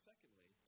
Secondly